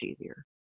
easier